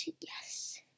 yes